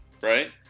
Right